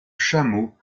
chameau